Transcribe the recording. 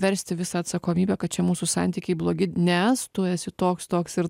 versti visą atsakomybę kad čia mūsų santykiai blogi nes tu esi toks toks ir